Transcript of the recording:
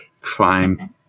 Fine